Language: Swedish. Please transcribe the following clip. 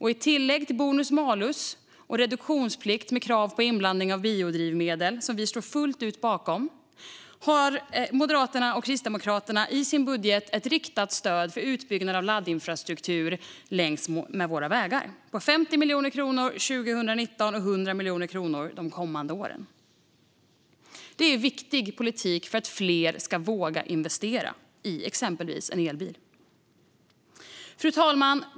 I tillägg till bonus-malus och reduktionsplikt med krav på inblandning av biodrivmedel, som vi står bakom fullt ut, har Moderaterna och Kristdemokraterna i sin budget ett riktat stöd för utbyggnad av laddinfrastruktur längs våra vägar på 50 miljoner kronor 2019 och 100 miljoner kronor under de kommande åren. Det är viktig politik för att fler ska våga investera i exempelvis en elbil. Fru talman!